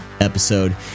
episode